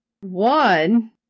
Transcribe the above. One